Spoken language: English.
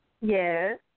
Yes